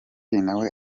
nawe